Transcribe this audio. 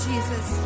Jesus